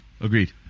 Agreed